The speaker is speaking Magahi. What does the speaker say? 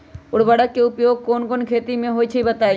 उर्वरक के उपयोग कौन कौन खेती मे होई छई बताई?